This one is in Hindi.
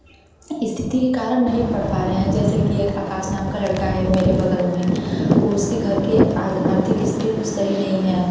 स्थिति के कारण नहीं पढ़ पा रहे हैं जैसे कि एक आकाश नाम का लड़का है मेरे बगल में उसके घर के आर्थिक स्थिति कुछ सही नहीं है